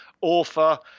author